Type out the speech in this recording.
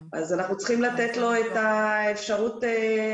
אנחנו צריכים לתת לו את האפשרות להציג את זה בדבריו ולומר מה תוכניותיו.